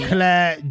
Claire